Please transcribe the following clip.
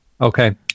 Okay